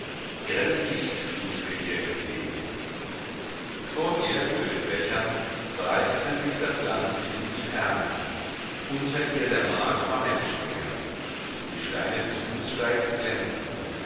grelles licht flutete ihr entgegen vor ihr über den dächern breitete sich das land bis in die fernen unter ihr der markt war menschenleer die steine des fußsteigs glänzten